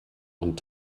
und